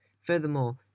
Furthermore